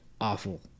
awful